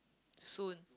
soon